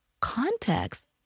context